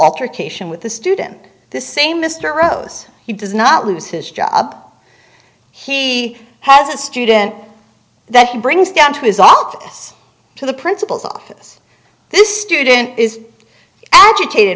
altercation with the student this say mr rose he does not lose his job he has a student that he brings got to his office to the principal's office this student is agitated